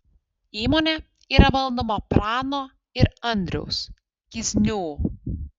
įmonė yra valdoma prano ir andriaus kiznių